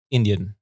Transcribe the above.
Indian